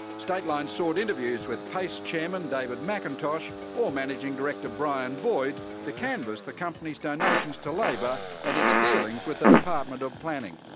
stateline sought interviews with payce chairman david macintosh or managing director brian boyd to canvass the company's donations to labor and its dealings with the department of planning.